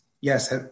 yes